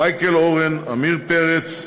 מיכאל אורן, עמיר פרץ,